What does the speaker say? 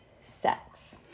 sex